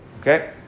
Okay